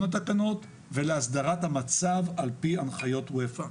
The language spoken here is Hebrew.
התקנות ולהסדרת המצב על פי הנחיות אופ"א.